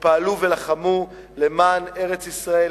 שפעלו ולחמו למען ארץ-ישראל,